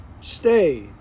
Stay